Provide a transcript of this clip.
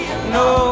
no